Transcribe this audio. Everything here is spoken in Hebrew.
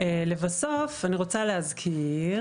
לבסוף אני רוצה להזכיר